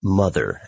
mother